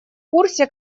курсе